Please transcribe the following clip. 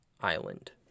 island